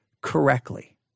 correctly